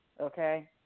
okay